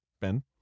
Ben